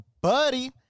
buddy